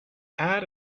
add